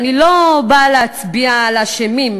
ואני לא באה להצביע על אשמים,